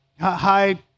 hi